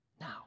Now